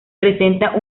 presenta